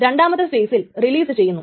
രണ്ടാമത്തെ phase release ചെയ്യുന്നു